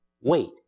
Wait